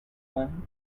one